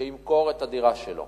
שימכור את הדירה שלו